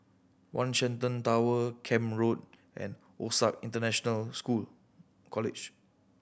One Shenton Tower Camp Road and OSAC International School College